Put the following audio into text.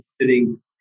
sitting